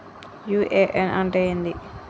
UAN అంటే ఏంది?